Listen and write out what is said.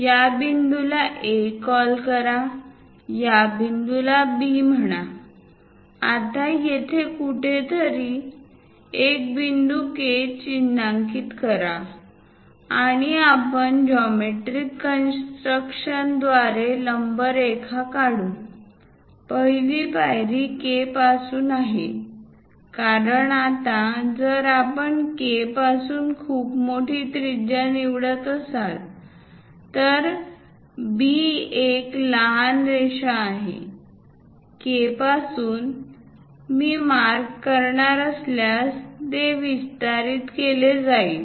या बिंदूला A call करा या बिंदूला B म्हणा आता येथे कुठेतरी एक बिंदू K चिन्हांकित करा आणि आपण जॉमेट्रिक कन्स्ट्रक्शनद्वारे लंब रेखा काढू पहिली पायरी K पासून आहे कारण आता जर आपण K पासून खूप मोठी त्रिज्या निवडत असाल तर B एक लहान रेषा आहे K पासून मी चिन्हांकित करणार असल्यास ते विस्तारित केले जाईल